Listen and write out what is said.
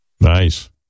Nice